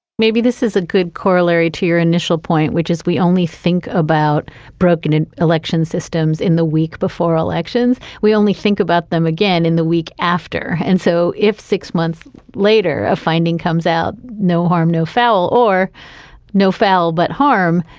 maybe this is a good corollary to your initial point, which is we only think about broken election systems in the week before elections. we only think about them again in the week after. and so if six months later a finding comes out, no harm, no foul or no foul but harm,